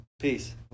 Peace